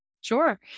Sure